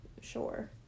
Sure